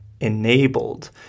enabled